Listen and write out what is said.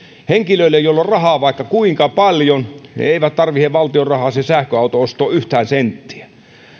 henkilöt joilla on rahaa vaikka kuinka paljon eivät tarvitse valtion rahaa sen sähköauton ostoon yhtään senttiä